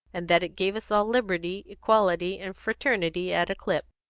and that it gave us all liberty, equality, and fraternity at a clip.